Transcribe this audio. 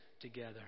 together